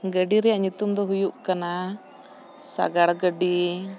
ᱜᱟᱹᱰᱤ ᱨᱮᱭᱟᱜ ᱧᱩᱛᱩᱢ ᱫᱚ ᱦᱩᱭᱩᱜ ᱠᱟᱱᱟ ᱥᱟᱜᱟᱲ ᱜᱟᱹᱰᱤ